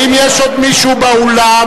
נגד.